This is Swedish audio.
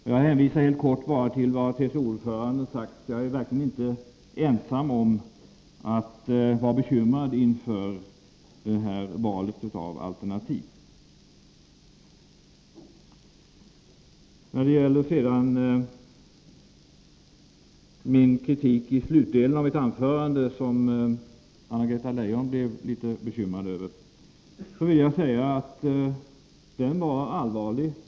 Jag hänvisar bara helt kort till vad TCO-ordföranden har sagt, och jag är verkligen inte ensam om att vara bekymrad inför detta val av alternativ. När det sedan gäller min kritik i slutet av mitt anförande som Anna-Greta Leijon blev litet bekymrad över, vill jag säga att den var allvarlig.